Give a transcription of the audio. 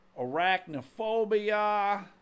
Arachnophobia